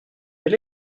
quel